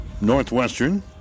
Northwestern